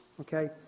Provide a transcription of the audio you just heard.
Okay